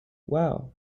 wow